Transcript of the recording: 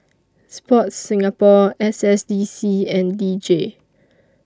Sports Singapore S S D C and D J